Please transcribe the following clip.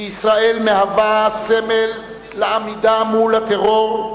כי ישראל מהווה סמל לעמידה מול הטרור,